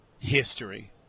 history